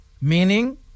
meaning